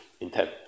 intent